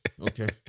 Okay